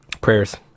Prayers